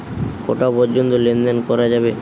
কটা পর্যন্ত লেন দেন করা যাবে?